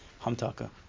Hamtaka